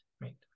right